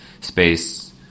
space